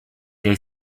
they